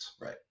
Right